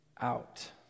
out